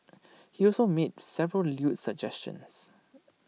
he also made several lewd suggestions